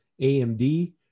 AMD